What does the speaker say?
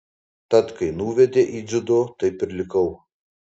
tad kai nuvedė į dziudo taip ir likau